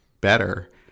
better